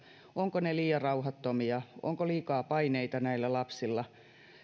ovatko ne liian rauhattomia onko liikaa paineita näillä lapsilla